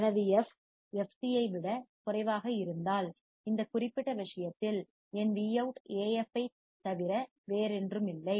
எனது எஃப்f எஃப்சியை fc விடக் குறைவாக இருந்தால் இந்த குறிப்பிட்ட விஷயத்தில் என் Vout AF தவிர வேறொன்றுமில்லை